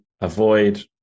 avoid